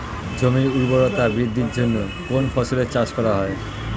জমির উর্বরতা বৃদ্ধির জন্য কোন ফসলের চাষ করা হয়?